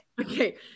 okay